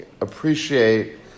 appreciate